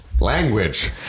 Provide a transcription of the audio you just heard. language